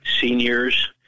seniors